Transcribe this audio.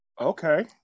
Okay